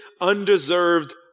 undeserved